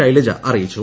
ശൈലജ അറിയിച്ചു